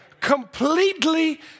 Completely